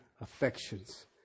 affections